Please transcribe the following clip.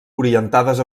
orientades